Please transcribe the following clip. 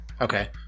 Okay